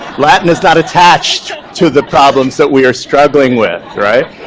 latin is not attached to the problems that we are struggling with.